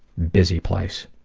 busy place.